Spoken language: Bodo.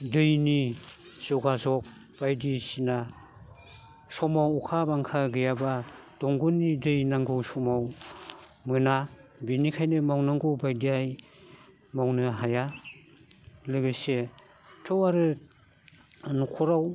दैनि जगाजग बायदिसिना समाव अखा बांखा गैयाब्ला दंग'नि दै नांगौ समाव मोना बिनिखायनो मावनांगौ बायदियै मावनो हाया लोगोसेथ' आरो न'खराव